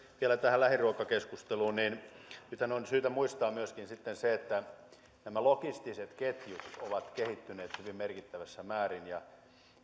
vielä tähän lähiruokakeskusteluun nythän on syytä muistaa myöskin sitten se että nämä logistiset ketjut ovat kehittyneet hyvin merkittävässä määrin ja